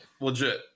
legit